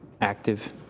active